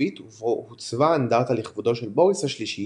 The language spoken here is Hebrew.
חרובית ובו הוצבה אנדרטה לכבודו של בוריס השלישי